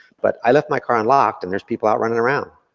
but i left my car unlocked and there's people out running around.